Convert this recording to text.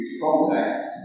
context